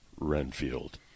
Renfield